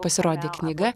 pasirodė knyga